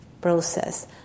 process